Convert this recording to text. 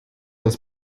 das